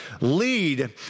lead